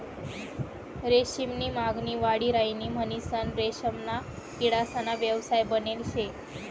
रेशीम नी मागणी वाढी राहिनी म्हणीसन रेशीमना किडासना व्यवसाय बनेल शे